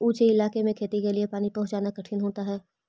ऊँचे इलाके में खेती के लिए पानी पहुँचाना कठिन होता है